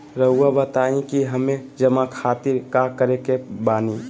रहुआ बताइं कि हमें जमा खातिर का करे के बानी?